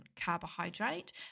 carbohydrate